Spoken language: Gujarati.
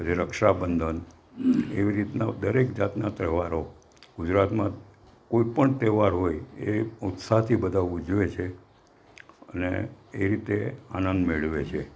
પછી રક્ષાબંધન એવી રીતના દરેક જાતના તહેવારો ગુજરાતમાં કોઈપણ તહેવારો હોય એ ઉત્સાહથી બધાં ઉજવે છે અને એ રીતે આનંદ મેળવે છે